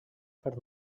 per